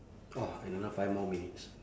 !wah! another five more minutes